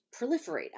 proliferate